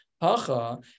Pacha